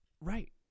right